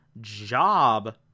job